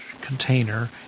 container